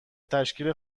تشکیل